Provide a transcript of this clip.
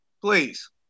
Please